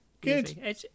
Good